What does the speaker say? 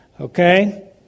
Okay